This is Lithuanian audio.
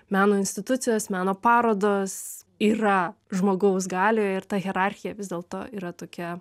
meno institucijos meno parodos yra žmogaus galioje ir ta hierarchija vis dėlto yra tokia